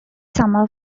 summer